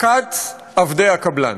מכת עבדי הקבלן.